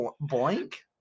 Blank